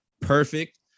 Perfect